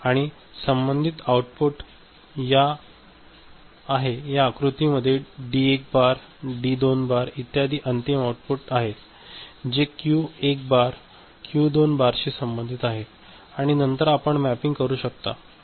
आणि हे संबंधित आऊटपुट आहे या आकृती मध्ये डी 1 बार डी 2 बार इत्यादी हे अंतिम आउटपुट आहे जे क्यू 1 बार क्यू 2 बारशी संबंधित आहे आणि नंतर आपण हे मॅपींग करू शकता